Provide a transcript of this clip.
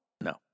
No